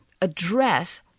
address